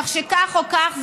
כך שכך או כך,